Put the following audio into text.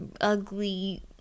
ugly